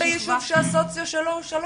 ביקרת פעם ביישובים שהסוציו שלו הוא 3?